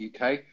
UK